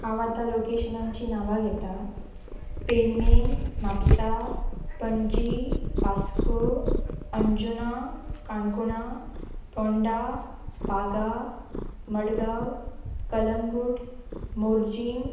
हांव आतां लोकेशनांची नांवां घेता पेडणें म्हापसा पणजी वास्को अंजुना काणकोणा पोंडा बागा मडगांव कलंगूट मोरजीं